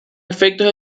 efectos